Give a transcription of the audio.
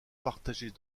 partagés